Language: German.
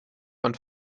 von